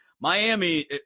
Miami